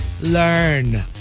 learn